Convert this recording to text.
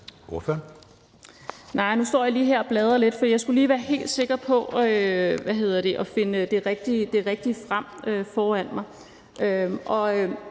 nu står jeg lige her og bladrer lidt, for jeg skulle lige være helt sikker på at finde det rigtige frem foran mig.